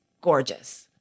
gorgeous